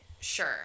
Sure